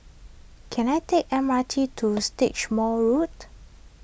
can I take M R T to Stagmont Road